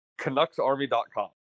CanucksArmy.com